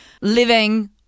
living